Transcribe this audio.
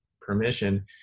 permission